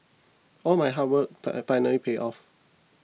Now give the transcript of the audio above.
all my hard work finally paid off